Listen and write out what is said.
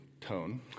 tone